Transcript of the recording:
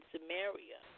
Samaria